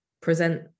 present